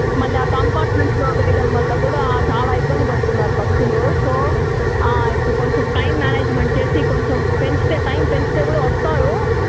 మళ్ళీ ఆ కంపార్ట్మెంట్స్ వెయ్యడం వల్ల కూడా చాలా ఇబ్బంది పడుతున్నారు భక్తులు సో ఇప్పుడు కొంచెం టైం మేనేజ్మెంట్ చేసి కొంచెం పెంచితే టైం పెంచితే కూడా వస్తారు